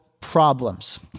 problems